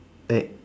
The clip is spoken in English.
eight